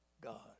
God